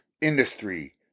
industry